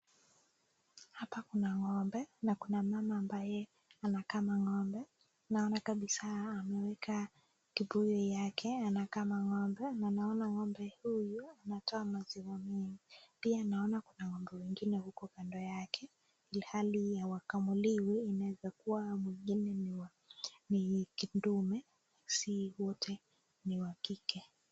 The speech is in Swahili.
Hapa kuna ng'ombe na kuna mama ambaye anakama ng'ombe naona kabisa ameweka kibuyu yake kama ng'ombe na naona ng'ombe huyu anatoa maziwa mingi. Pia naona kuna ng'ombe wengine huku kando yake ilhali hawakamuliwi inaweza kuwa mwingine ni ndume si wote ni wa kike.